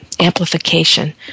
amplification